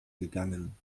gegangen